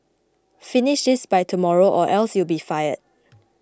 finish this by tomorrow or else you'll be fired